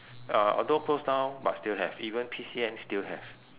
uh although close down but still have even P_C_N still have